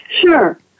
Sure